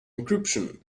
encryption